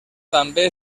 també